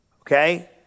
Okay